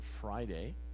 Friday